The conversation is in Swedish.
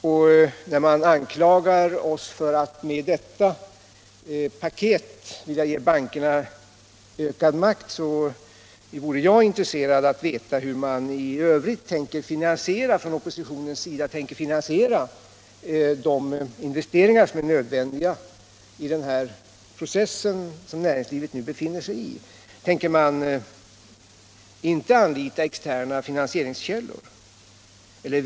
Och när man anklagar oss för att med detta paket vilja ge bankerna ökad makt, så vore jag intresserad av att veta hur oppositionen tänker finansiera de investeringar som är nödvändiga i den process som näringslivet nu befinner sig i. Tänker man inte anlita externa finansieringskällor?